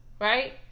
right